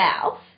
south